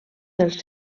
dels